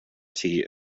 tea